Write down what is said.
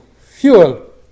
fuel